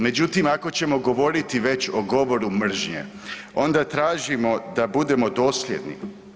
Međutim, ako ćemo govoriti već o govoru mržnje onda tražimo da budemo dosljedni.